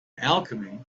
alchemy